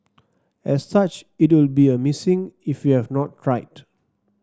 as such it will be a missing if you have not cried